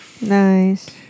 Nice